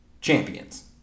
Champions